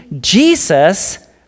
Jesus